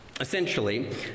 essentially